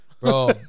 Bro